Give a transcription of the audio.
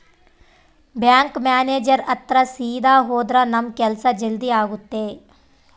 bank manager ಹತ್ರ ಸೀದಾ ಹೋದ್ರ ನಮ್ ಕೆಲ್ಸ ಜಲ್ದಿ ಆಗುತ್ತೆ